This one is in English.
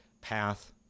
path